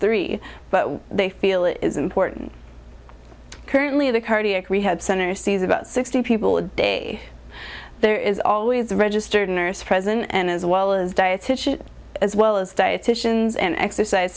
three but they feel it is important currently the cardiac rehab center sees about sixty people a day there is always a registered nurse present and as well as dietician as well as dieticians and exercise